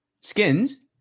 Skins